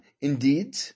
Indeed